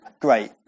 great